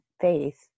faith